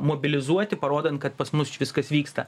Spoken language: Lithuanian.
mobilizuoti parodant kad pas mus č viskas vyksta